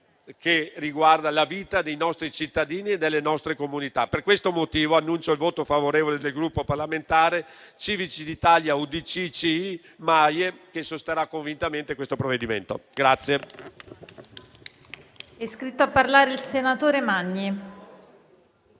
perché riguarda la vita dei nostri cittadini e delle nostre comunità. Per questo motivo, annuncio il voto favorevole del Gruppo parlamentare Civici d'Italia-UDC-CI-MAIE, che sosterrà convintamente questo provvedimento.